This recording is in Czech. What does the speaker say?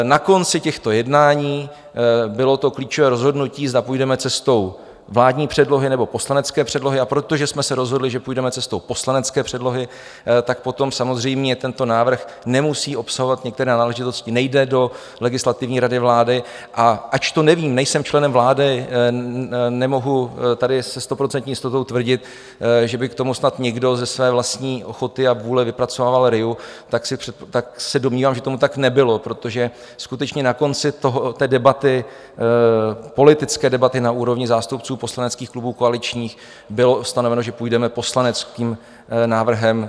Na konci těchto jednání bylo to klíčové rozhodnutí, zda půjdeme cestou vládní předlohy, nebo poslanecké předlohy, a protože jsme se rozhodli, že půjdeme cestou poslanecké předlohy, tak potom samozřejmě tento návrh nemusí obsahovat některé náležitosti, nejde do Legislativní rady vlády, a ač to nevím, nejsem členem vlády, nemohu tady se stoprocentní jistotou tvrdit, že by k tomu snad někdo ze své vlastní ochoty a vůle vypracovával RIA, tak se domnívám, že tomu tak nebylo protože skutečně na konci té debaty, politické debaty na úrovni zástupců koaličních poslaneckých klubů bylo stanoveno, že půjdeme poslaneckým návrhem.